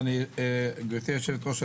גברתי היושבת-ראש,